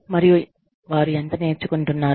మరియు వారు ఎంత నేర్చుకుంటున్నారు